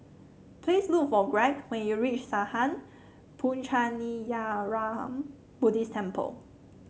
please look for Gregg when you reach Sattha Puchaniyaram Buddhist Temple